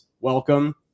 welcome